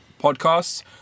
podcasts